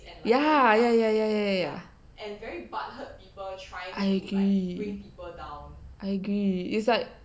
ya ya ya ya ya ya I agree I agree it's like